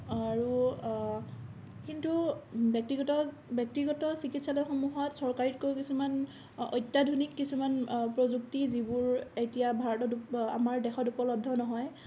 আৰু কিন্তু ব্যক্তিগত ব্যক্তিগত চিকিৎসালয়সমূহত চৰকাৰীতকৈও কিছুমান অত্যাধুনিক কিছুমান প্ৰযুক্তি যিবোৰ এতিয়া ভাৰতত আমাৰ দেশত উপলব্ধ নহয়